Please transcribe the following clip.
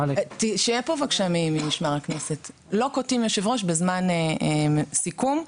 לא קוטעים יושב-ראש בזמן סיכום,